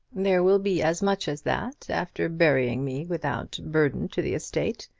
there will be as much as that after burying me without burden to the estate.